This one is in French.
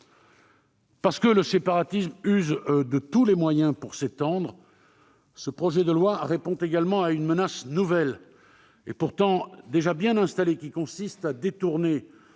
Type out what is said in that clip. Parce que le séparatisme use de tous les moyens pour s'étendre, ce projet de loi répond également à une menace nouvelle et pourtant déjà bien installée, qui consiste à détourner